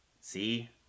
See